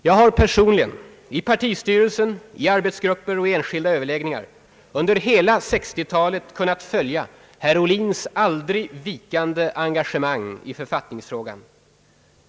Jag har personligen — i partistyrelsen, i arbetsgrupper och i enskilda överläggningar — under hela 1960-talet kunnat följa herr Ohlins aldrig svikande engagemang i författningsfrågan.